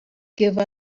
give